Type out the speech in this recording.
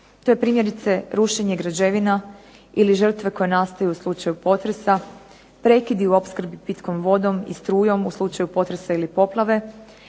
To je primjerice rušenje građevina ili žrtve koje nastaju u slučaju potresa, prekidi u opskrbi pitkom vodom i strujom u slučaju potresa ili poplave